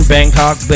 Bangkok